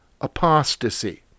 apostasy